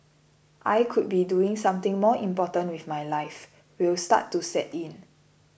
I could be doing something more important with my life will start to set in